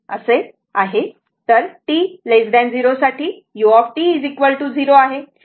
तर t 0 साठी u 0 आहे